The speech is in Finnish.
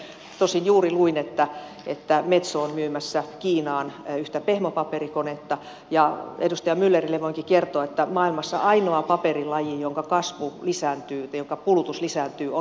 tosin juuri luin että metso on myymässä kiinaan yhtä pehmopaperikonetta ja edustaja myllerille voinkin kertoa että maailmassa ainoa paperilaji jonka kasvu lisääntyy tai jonka kulutus lisääntyy on pehmopaperi